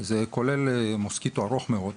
זה כולל מוסקיטו ארוך מאוד,